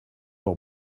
leur